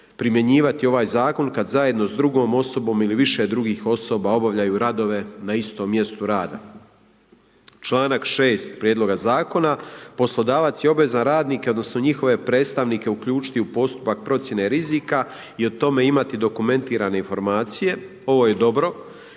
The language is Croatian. primjenjivati ovaj Zakon kada zajedno s drugom osobom ili više drugih osoba obavljaju radove na istom mjestu rada. Članak 6. Prijedloga zakona. Poslodavac je obvezan radnike odnosno njihove predstavnike uključiti u postupak procjene rizika i o tome imati dokumentirane informacije. Ovo je dobro.